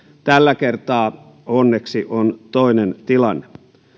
tällä kertaa onneksi on toinen tilanne